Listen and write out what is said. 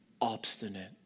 Obstinate